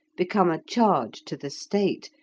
become a charge to the state,